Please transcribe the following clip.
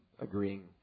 agreeing